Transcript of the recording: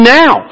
now